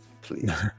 Please